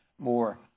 more